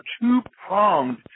two-pronged